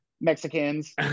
mexicans